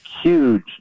huge